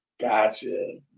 Gotcha